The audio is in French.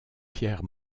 pierre